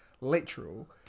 literal